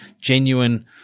genuine